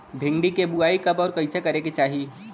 भिंडी क बुआई कब अउर कइसे करे के चाही?